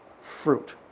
fruit